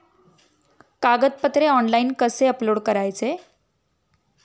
कागदपत्रे ऑनलाइन कसे अपलोड करायचे?